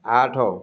ଆଠ